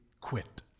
quit